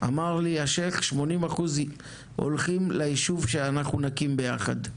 אמר לי השייח': 80% הולכים ליישוב שאנחנו נקים ביחד.